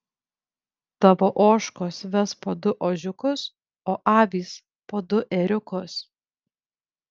tavo ožkos ves po du ožiukus o avys po du ėriukus